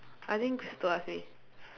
I think Crystal ask me